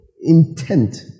intent